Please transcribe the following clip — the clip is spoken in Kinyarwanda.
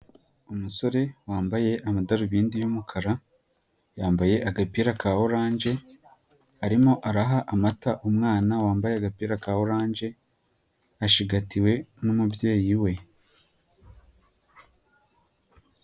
Umusore wambaye amadarubindi y'umukara, yambaye agapira ka oranje, arimo araha amata umwana wambaye agapira ka oranje ashigatiwe n'umubyeyi we.